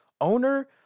owner